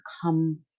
come